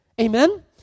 Amen